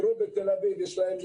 ובתל אביב אתם יכולים לראות שיש להם